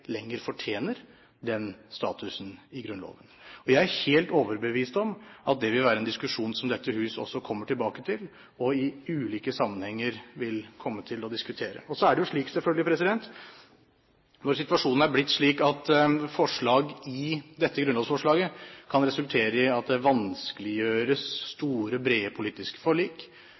lenger fortjener den statusen i Grunnloven. Jeg er helt overbevist om at det vil være en diskusjon som dette hus også kommer tilbake til, og i ulike sammenhenger vil komme til å diskutere. Så er det jo slik, når situasjonen er blitt slik at forslag i dette grunnlovsforslaget kan resultere i at store, brede politiske forlik